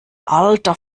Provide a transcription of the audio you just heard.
alter